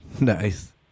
Nice